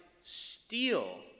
steal